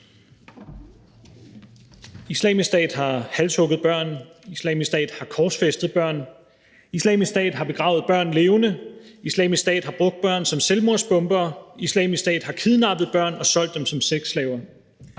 Islamisk Stat har halshugget børn. Islamisk Stat har korsfæstet børn. Islamisk Stat har begravet børn levende. Islamisk Stat har brugt børn som selvmordsbombere. Islamisk Stat har kidnappet børn og solgt dem som sexslaver.